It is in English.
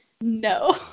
No